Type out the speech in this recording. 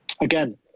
again